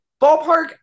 Ballpark